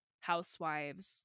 housewives